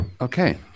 Okay